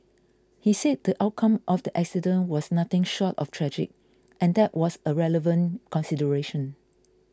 he said the outcome of the accident was nothing short of tragic and that was a relevant consideration